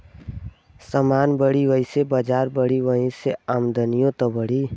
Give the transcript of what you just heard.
समान बढ़ी वैसे बजार बढ़ी, वही से आमदनिओ त बढ़ी